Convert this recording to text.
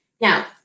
Now